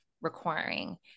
requiring